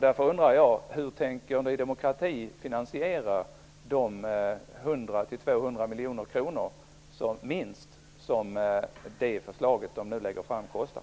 Därför undrar jag hur Ny demokrati tänker finansiera det förslag som de nu lägger fram -- det kostar ju minst 100--200 miljoner kronor.